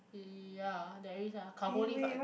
ya there is ah cargo lift I